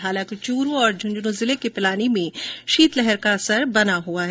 हालांकि चूरू और झुंझुनू जिले के पिलानी में शीतलहर का असर बना हुआ है